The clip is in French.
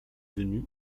venu